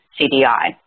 CDI